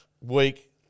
week